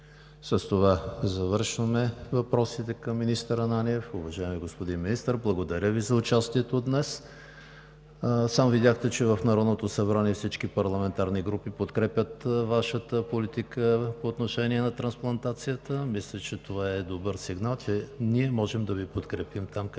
С това завършваме въпросите към министър Ананиев. Уважаеми господин Министър, благодаря Ви за участието днес. Сам видяхте, че в Народното събрание всички парламентарни групи подкрепят Вашата политика по отношение на трансплантацията. Това е добър сигнал, че ние можем да Ви подкрепим там, където се